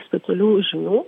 specialių žinių